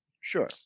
Sure